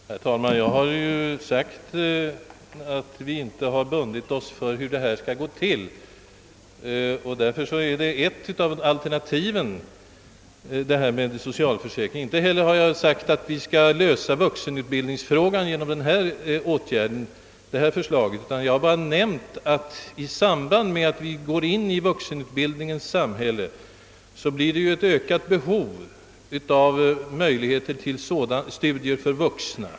Herr talman! Jag har ju sagt att vi inte har bundit oss för hur detta skall gå till. Ett av alternativen är anslutning till socialförsäkringen. Inte heller har jag sagt att vi kan lösa vuxenutbildningsfrågan genom detta förslag. Vi har bara nämnt att i samband med att vi går in i vuxenutbildningens samhälle uppstår det ett ökat behov av möjligheter till studier för vuxna.